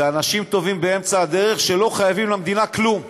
אלה אנשים טובים באמצע הדרך שלא חייבים למדינה כלום.